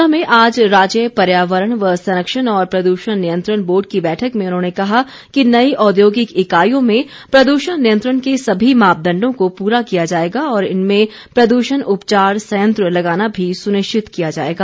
शिमला में आज राज्य पर्यावरण व संरक्षण और प्रदूषण नियंत्रण बोर्ड की बैठक में उन्होंने कहा कि नई औद्योगिक इकाईयों में प्रदूषण नियंत्रण के सभी मापदण्डों को पूरा किया जाएगा और इनमें प्रदूषण उपचार संयंत्र लगाना भी सुनिश्चित किया जाएगा